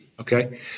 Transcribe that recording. Okay